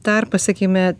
tarpas sakykime